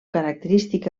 característic